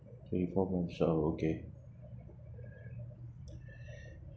okay